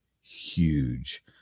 huge